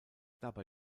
dabei